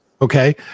okay